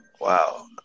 Wow